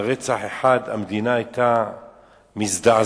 על רצח אחד המדינה היתה מזדעזעת,